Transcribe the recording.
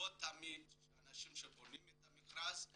לא תמיד אנשים שבונים את המכרזים